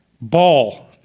ball